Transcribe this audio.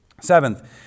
Seventh